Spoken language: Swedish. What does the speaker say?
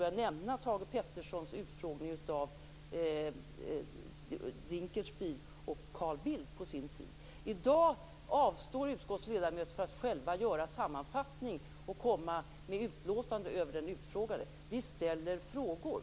Jag kan bara nämna Thage G I dag avstår utskottets ledamöter från att själva göra sammanfattningar och komma med utlåtanden över den utfrågade. Vi ställer frågor.